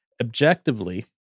Objectively